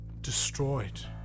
destroyed